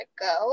go